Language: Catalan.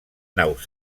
naus